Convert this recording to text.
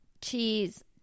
Cheese